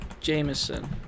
Jameson